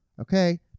Okay